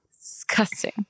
Disgusting